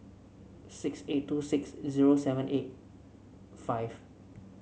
six eight two six zero seven eight five